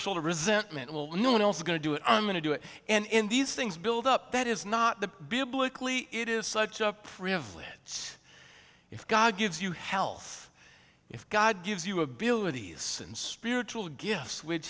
shoulder resentment will no one else is going to do it i'm going to do it and in these things build up that is not the biblically it is such a privilege it if god gives you health if god gives you abilities and spiritual gifts which